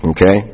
Okay